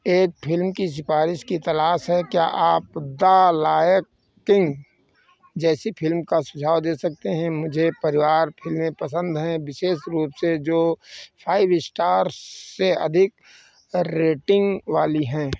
एक फिल्म की सिफारिश की तलाश है क्या आप द लायन किंग जैसी फिल्म का सुझाव दे सकते हैं मुझे परिवार फिल्में पसंद हैं विशेष रूप से जो फाइव स्टार्स से अधिक रेटिंग वाली हैं